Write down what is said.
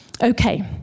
Okay